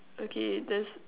okay there's